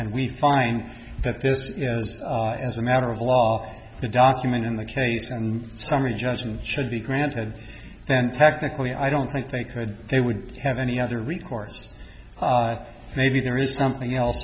and we find that this as a matter of law the document in the case and summary judgment should be granted then technically i don't think they could they would have any other recourse maybe there is something else